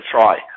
try